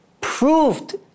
proved